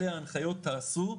אלה ההנחיות, תעשו,